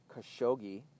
Khashoggi